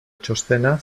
txostena